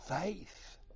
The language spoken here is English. faith